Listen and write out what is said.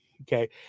Okay